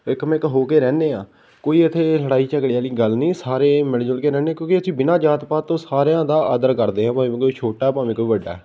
ਇੱਕ ਮਿੱਕ ਹੋ ਕੇ ਰਹਿੰਦੇ ਹਾਂ ਕੋਈ ਇੱਥੇ ਲੜਾਈ ਝਗੜੇ ਵਾਲੀ ਗੱਲ ਨਹੀਂ ਸਾਰੇ ਮਿਲ ਜੁਲ ਕੇ ਰਹਿੰਦੇ ਕਿਉਂਕਿ ਅਸੀਂ ਬਿਨਾਂ ਜਾਤ ਪਾਤ ਤੋਂ ਸਾਰਿਆਂ ਦਾ ਆਦਰ ਕਰਦੇ ਹਾਂ ਭਾਵੇਂ ਕੋਈ ਛੋਟਾ ਭਾਵੇਂ ਕੋਈ ਵੱਡਾ